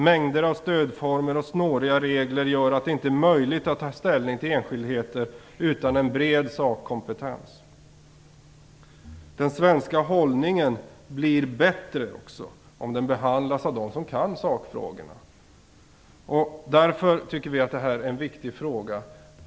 Mängder av stödformer gör att det inte är möjligt att ta ställning till enskildheter utan att ha en bred sakkompetens. Den svenska hållningen blir bättre om ärendena behandlas av dem som kan sakfrågorna. Därför tycker vi att det här är en viktig fråga.